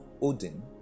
Odin